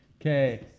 Okay